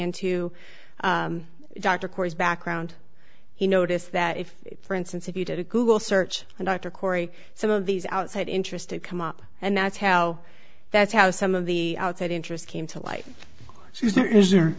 into dr corey's background he noticed that if for instance if you did a google search on dr corey some of these outside interest to come up and that's how that's how some of the outside interest came to light